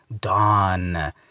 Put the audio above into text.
Dawn